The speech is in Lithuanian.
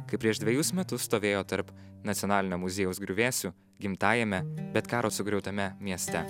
kaip prieš dvejus metus stovėjo tarp nacionalinio muziejaus griuvėsių gimtajame bet karo sugriautame mieste